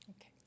Okay